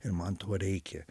ir man to reikia